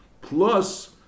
plus